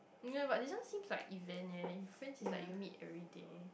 you know about this one seems like event leh friends is like you meet everyday